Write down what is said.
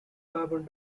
carbon